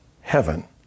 heaven